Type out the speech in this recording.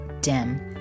dim